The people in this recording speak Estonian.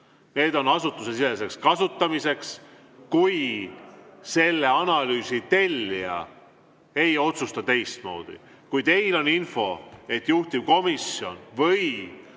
need on asutusesiseseks kasutamiseks, kui selle analüüsi tellija ei otsusta teistmoodi. Kui teil on info, et juhtivkomisjon või